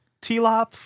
T-Lop